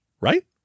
right